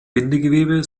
bindegewebe